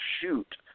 shoot